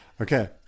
Okay